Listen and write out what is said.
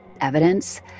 evidence